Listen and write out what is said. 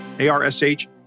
A-R-S-H